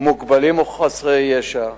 מוגבלים או חסרי ישע,